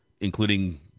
including